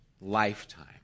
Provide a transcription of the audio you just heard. lifetime